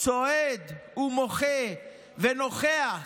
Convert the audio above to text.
צועד ומוכח ונוכח,